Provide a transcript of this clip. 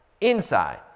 inside